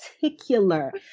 particular